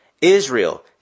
Israel